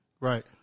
Right